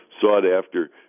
sought-after